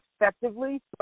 effectively